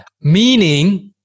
Meaning